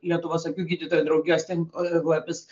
lietuvos akių gydytojų draugijos tinklapis